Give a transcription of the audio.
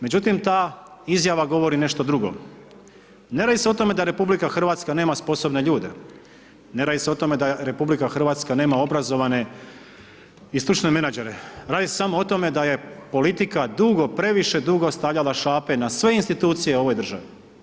Međutim, ta izjava govori nešto drugo, ne radi se o tome da RH nema sposobne ljude, ne radi se o tome da RH nema obrazovane i stručne menadžere, radi se samo o tome da je politika dugo, previše dugo stavljala šape na sve institucije u ovoj državi.